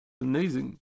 Amazing